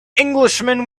englishman